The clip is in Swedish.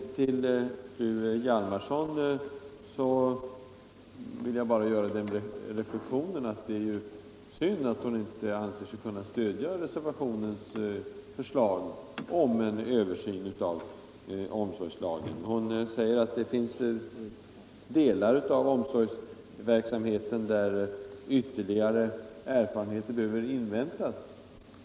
Till fru Hjalmarsson vill jag bara säga att det är synd att hon inte anser sig kunna stödja reservationens förslag om en översyn av omsorgslagen. Hon menar att beträffande vissa delar av omsorgslagen behöver ytterligare erfarenheter inväntas.